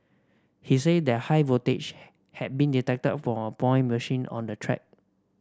he said that high voltage had been detected from a point machine on the track